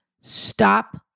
Stop